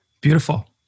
Beautiful